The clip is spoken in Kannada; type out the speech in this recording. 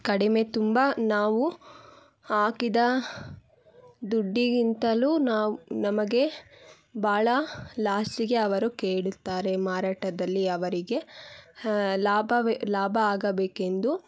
ಕಡಿಮೆ ತುಂಬ ನಾವು ಹಾಕಿದ ದುಡ್ಡಿಗಿಂತಲೂ ನಾವು ನಮಗೆ ಭಾಳ ಲಾಸ್ಟಿಗೆ ಅವರು ಕೇಳುತ್ತಾರೆ ಮಾರಾಟದಲ್ಲಿ ಅವರಿಗೆ ಲಾಭವೇ ಲಾಭ ಆಗಬೇಕೆಂದು